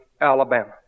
Alabama